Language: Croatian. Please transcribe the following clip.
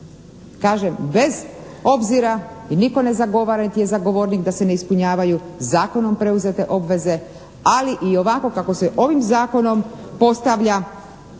Kažem bez obzira i nitko ne zagovara niti je zagovornik da se ne ispunjavaju zakonom preuzete obveze ali i ovako kako se ovim Zakonom postavlja